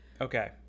okay